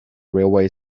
railway